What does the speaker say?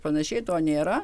panašiai to nėra